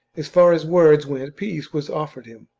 as far as words went peace was offered him,